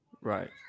right